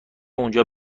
اونجا